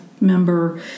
member